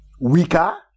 weaker